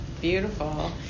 Beautiful